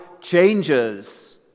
changes